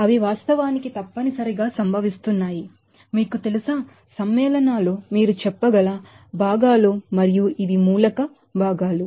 అవి వాస్తవానికి తప్పనిసరిగా సంభవిస్తున్నాయి మీకు తెలుసా సమ్మేళనాలు మీరు చెప్పగల భాగాలు మరియు ఇవి ఎలెమెంటల్ కాన్స్టిట్యూయెంట్స్